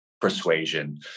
persuasion